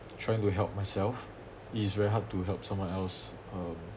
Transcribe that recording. trying to help myself is very hard to help someone else um